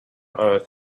earth